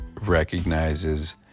recognizes